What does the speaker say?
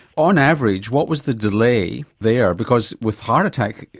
on average, what was the delay there? because with heart attack,